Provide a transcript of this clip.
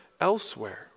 elsewhere